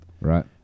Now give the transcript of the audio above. Right